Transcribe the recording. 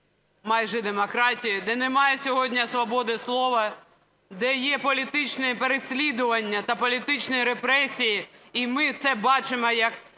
майже демократії, де немає сьогодні свободи слова, де є політичні переслідування та політичні репресії, і ми це бачимо як